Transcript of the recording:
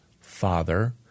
Father